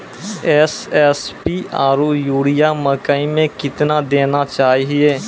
SSP आरु urea मकई मे कितना देना चाहिए?